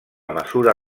mesura